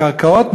הקרקעות,